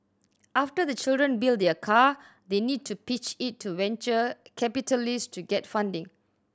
after the children build their car they need to pitch it to venture capitalist to get funding